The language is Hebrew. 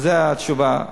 וזאת התשובה: